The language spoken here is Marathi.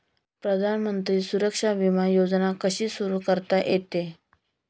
प्रधानमंत्री सुरक्षा विमा योजना कशी सुरू करता येते?